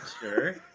sure